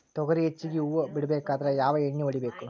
ತೊಗರಿ ಹೆಚ್ಚಿಗಿ ಹೂವ ಬಿಡಬೇಕಾದ್ರ ಯಾವ ಎಣ್ಣಿ ಹೊಡಿಬೇಕು?